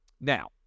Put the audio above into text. Now